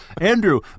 Andrew